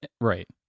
right